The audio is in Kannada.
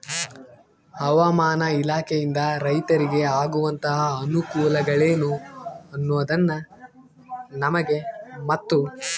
ಹವಾಮಾನ ಇಲಾಖೆಯಿಂದ ರೈತರಿಗೆ ಆಗುವಂತಹ ಅನುಕೂಲಗಳೇನು ಅನ್ನೋದನ್ನ ನಮಗೆ ಮತ್ತು?